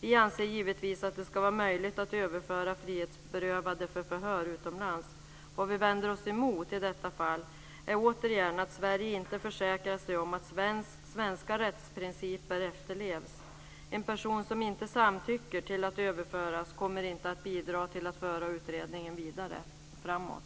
Vi anser givetvis att det ska vara möjligt att överföra frihetsberövade för förhör utomlands. Vad vi vänder oss emot i detta fall är återigen att Sverige inte försäkrar sig om att svenska rättsprinciper efterlevs. En person som inte samtycker till att överföras kommer inte att bidra till att föra utredningen vidare framåt.